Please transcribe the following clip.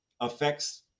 affects